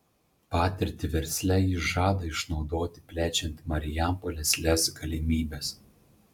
patirtį versle jis žada išnaudoti plečiant marijampolės lez galimybes